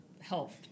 health